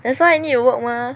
that's why I need to work mah